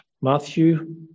Matthew